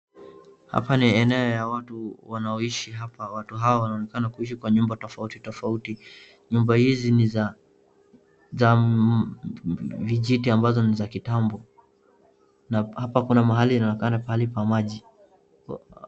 Hapa ni eneo ya watu wanaoishi hapa. Watu hawa wanaonekana kuishi kwa nyumba tofauti tofauti. Nyumba hizi ni za, za vijiti ambazo ni za kitambo, na hapa kuna mahali inaonekana ni mahali pa maji.